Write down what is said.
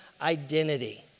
identity